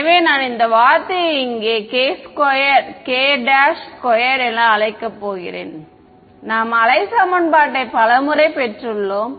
எனவே நான் இந்த வார்த்தையை இங்கே k2 என அழைக்கப் போகிறேன் நாம் அலை சமன்பாடு யை பல முறை பெற்றுள்ளோம்